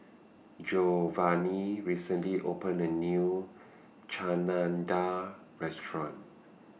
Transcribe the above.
Giovani recently opened A New Chana Dal Restaurant